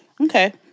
Okay